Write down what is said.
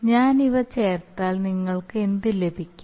ഞാൻ ഇവ ചേർത്താൽ നിങ്ങൾക്ക് എന്ത് ലഭിക്കും